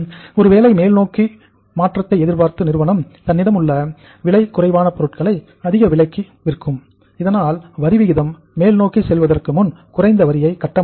ஒருவேளை மேல்நோக்கிய மாற்றத்தை எதிர்பார்த்து நிறுவனம் தன்னிடமுள்ள விலை குறைவான பொருட்களை அதிக விலைக்கு விற்கும் இதனால் வரி விகிதம் மேல் நோக்கி செல்வதற்கு முன் குறைந்த வரியை கட்ட முடியும்